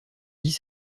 dix